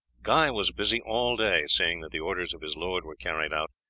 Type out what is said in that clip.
guy was busy all day seeing that the orders of his lord were carried out,